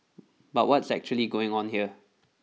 but what's actually going on here